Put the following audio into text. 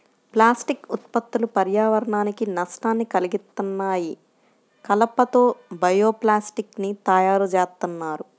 plastic ఉత్పత్తులు పర్యావరణానికి నష్టాన్ని కల్గిత్తన్నాయి, కలప తో బయో ప్లాస్టిక్ ని తయ్యారుజేత్తన్నారు